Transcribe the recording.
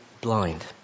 blind